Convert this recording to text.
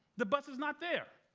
the bus is not there.